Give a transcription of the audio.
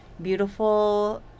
beautiful